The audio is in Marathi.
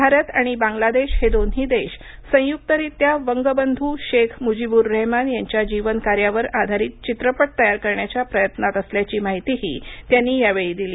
भारत आणि बांगलादेश हे दोन्ही देश संयुकरीत्या वंगबंधू शेख मुजीवूर रेहमान यांच्या जीवनकार्यावर आघारित चित्रपट तयार करण्याच्या प्रयत्नात असल्याची माहितीही त्यांनी यावेळी दिली